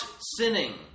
sinning